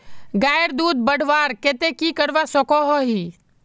गायेर दूध बढ़वार केते की करवा सकोहो ही?